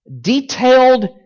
Detailed